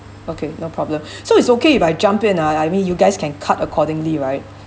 okay no problem so it's okay if I jump in ah I I mean you guys can cut accordingly right